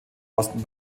osten